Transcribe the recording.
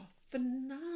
phenomenal